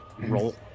roll